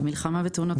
למלחמה בתאונות דרכים.